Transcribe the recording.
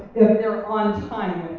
if they're on time